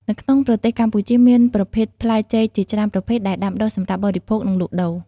នៅក្នុងប្រទេសកម្ពុជាមានប្រភេទផ្លែចេកជាច្រើនប្រភេទដែលដាំដុះសម្រាប់បរិភោគ និងលក់ដូរ។